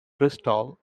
bristol